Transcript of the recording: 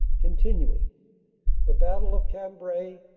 continuing the battle of cambrai,